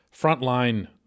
frontline